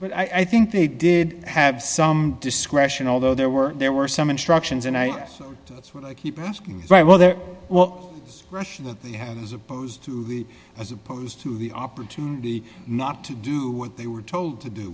but i think they did have some discretion although there were there were some instructions and i guess that's what i keep asking is right well they're well russia that they have as opposed to the as opposed to the opportunity not to do what they were told to do